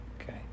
okay